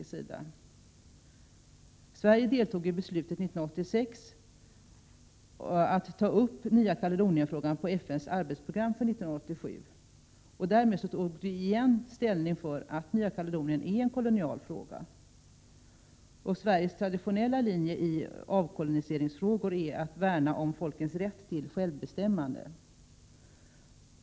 Sverige deltog i beslutet 1986 att ta upp frågan om Nya Kaledonien på FN:s arbetsprogram för 1987. Därmed tog vi åter ställning för att denna fråga är en kolonial fråga. Sveriges traditionella linje i avkoloniseringsfrågor är att värna om folkens rätt till självbestämmande.